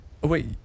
wait